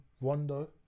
Rondo